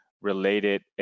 related